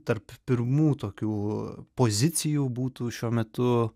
tarp pirmų tokių pozicijų būtų šiuo metu